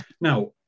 Now